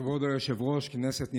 כבוד היושב-ראש, כנסת נכבדה,